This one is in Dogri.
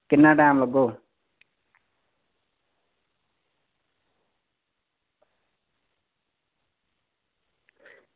किन्ना टैम लग्गग